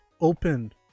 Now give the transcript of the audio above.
open